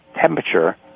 temperature